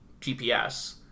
GPS